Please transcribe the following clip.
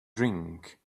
drink